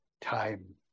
time